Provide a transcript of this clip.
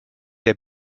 der